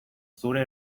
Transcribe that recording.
zure